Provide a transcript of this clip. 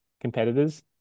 competitors